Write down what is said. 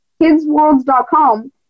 kidsworlds.com